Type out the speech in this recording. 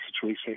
situation